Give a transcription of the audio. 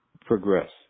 progress